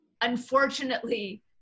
Unfortunately